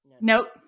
Nope